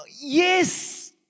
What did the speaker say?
yes